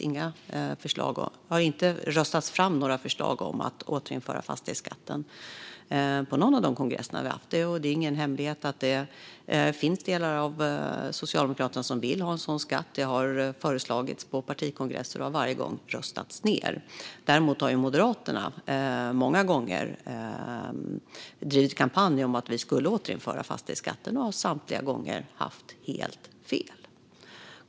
Det har inte röstats fram några förslag om att återinföra fastighetsskatten på någon av de kongresser som vi har haft. Det är ingen hemlighet att det finns delar av Socialdemokraterna som vill ha en sådan skatt. Det har föreslagits på partikongresser och har varje gång röstats ned. Däremot har Moderaterna många gånger drivit kampanj om att vi skulle återinföra fastighetsskatten och har samtliga gånger haft helt fel.